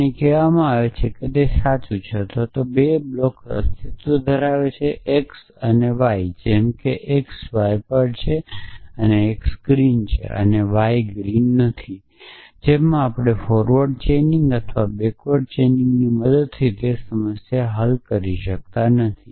અને કહેવામાં આવે છે કે તે સાચું છે અથવા 2 બ્લોક્સ અસ્તિત્વ ધરાવે છે x અને y જેમ કે x y પર છે અને x ગ્રીન છે અને y ગ્રીન નથી જેમાં આપણેફોરવર્ડ ચેઇનિંગ અથવા બેક્વર્ડ ચેઇનિંગની મદદથી તે સમસ્યા હલ કરી શકતા નથી